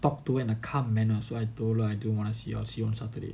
talk to in a calm manner so I told her I don't wanna see her I see her on saturday